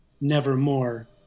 nevermore